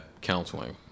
counseling